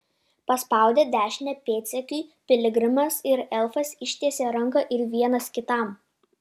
paspaudę dešinę pėdsekiui piligrimas ir elfas ištiesė ranką ir vienas kitam